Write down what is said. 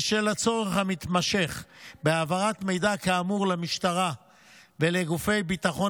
ובשל הצורך המתמשך בהעברת מידע למשטרה ולגופי ביטחון